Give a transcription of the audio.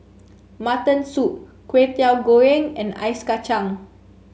Mutton Soup Kway Teow Goreng and Ice Kachang